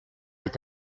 est